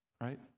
right